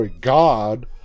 god